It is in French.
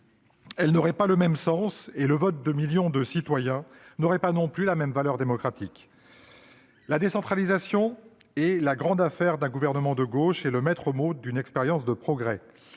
Elle n'aurait pas le même sens, ni le vote de millions de citoyens la même valeur démocratique. « La décentralisation est la grande affaire d'un gouvernement de gauche et le maître mot d'une expérience de progrès